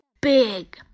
big